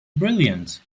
brilliant